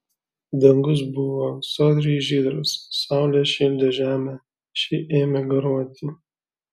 dangus buvo sodriai žydras saulė šildė žemę ši ėmė garuoti